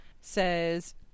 says